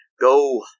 Go